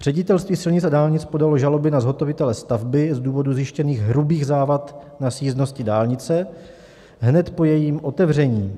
Ředitelství silnic a dálnic podalo žalobu na zhotovitele stavby z důvodu zjištěných hrubých závad na sjízdnosti dálnice hned po jejím otevření.